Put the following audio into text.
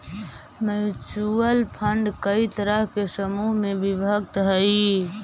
mutual fund कई तरह के समूह में विभक्त हई